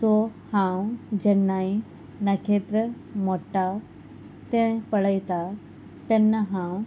so हांव जेन्नाय नखेत्र मोडटा तें पळयता तेन्ना हांव